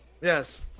yes